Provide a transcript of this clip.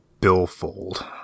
Billfold